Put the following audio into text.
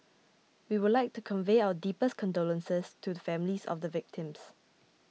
we would like to convey our deepest condolences to the families of the victims